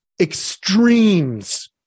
extremes